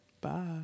Bye